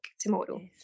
tomorrow